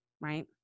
right